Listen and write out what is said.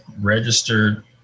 registered